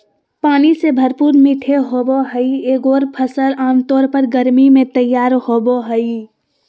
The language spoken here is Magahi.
पानी से भरपूर मीठे होबो हइ एगोर फ़सल आमतौर पर गर्मी में तैयार होबो हइ